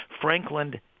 Franklin